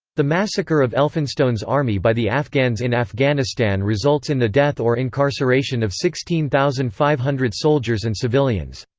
the massacre of elphinstone's army by the afghans in afghanistan results in the death or incarceration of sixteen thousand five hundred soldiers and civilians.